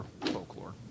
folklore